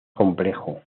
complejo